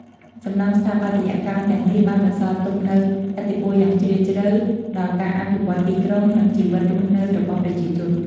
សំណង់ស្ថាបត្យកម្មទាំងនេះបានបន្សល់ទុកនូវឥទ្ធិពលយ៉ាងជ្រាលជ្រៅដល់ការអភិវឌ្ឍន៍ទីក្រុង និងជីវិតរស់នៅរបស់ប្រជាជន។